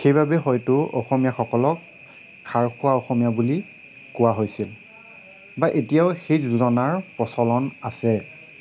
সেইবাবে হয়টো অসমীয়াসকলক খাৰ খোৱা অসমীয়া বুলি কোৱা হৈছিল বা এতিয়াও সেই যোজনাৰ প্ৰচলন আছে